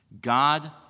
God